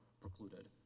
precluded